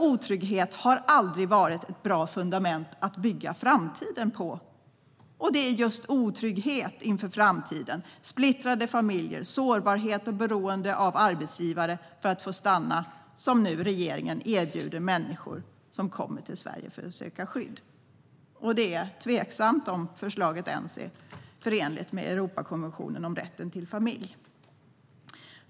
Otrygghet har aldrig varit ett bra fundament att bygga framtiden på. Men det är just otrygghet inför framtiden, splittrade familjer, sårbarhet och beroende av arbetsgivare för att få stanna som regeringen erbjuder människor som kommer till Sverige för att söka skydd. Det är tveksamt om förslaget ens är förenligt med Europakonventionen om rätten till familj.